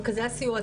הסיוע,